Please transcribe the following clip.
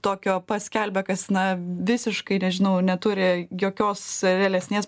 tokio paskelbia kas na visiškai nežinau neturi jokios realesnės